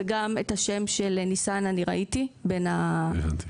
וגם את השם של ניסן אני ראיתי בין הפונים,